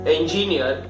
Engineer